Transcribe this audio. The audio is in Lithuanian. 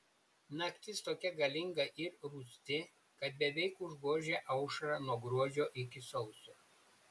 naktis tokia galinga ir rūsti kad beveik užgožia aušrą nuo gruodžio iki sausio